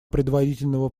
предварительного